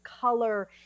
color